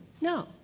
no